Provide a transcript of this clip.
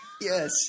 Yes